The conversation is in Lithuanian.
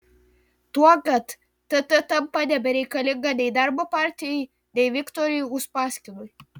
tuo kad tt tampa nebereikalinga nei darbo partijai nei viktorui uspaskichui